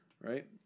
right